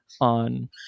on